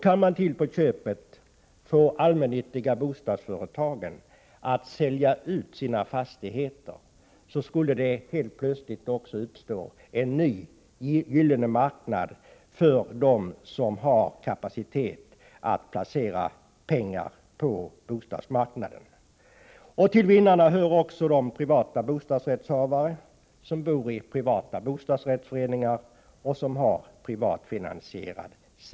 Kan man till på köpet få de allmännyttiga bostadsföretagen att sälja ut sina fastigheter, skulle det helt plötsligt också uppstå en ny gyllene marknad för dem som har kapacitet att placera pengar på bostadsmarknaden. Till vinnarna hör också de som har bostadsrätter i privata bostadsrättsföreningar och som är privatfinansierade.